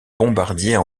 bombardier